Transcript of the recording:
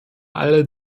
alle